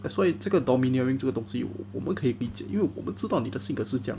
that's why 这个 domineering 这个东西我们可以闭一只眼因为我们知道你的性格是这样